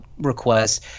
requests